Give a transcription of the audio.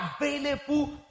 available